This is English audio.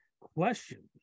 Question